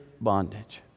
bondage